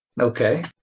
Okay